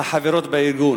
החברות בארגון.